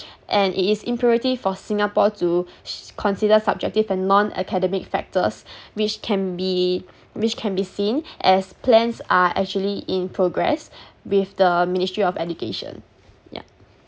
and it is imperative for singapore to sh~ consider subjective and non academic factors which can be which can be seen as plans are actually in progress with the ministry of education yeah